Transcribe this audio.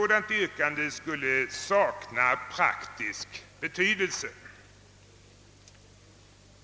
år 1968, saknar praktisk betydelse.